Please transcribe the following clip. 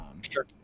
Sure